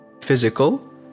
Physical